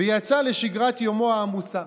ויצא לשגרת יומו העמוסה.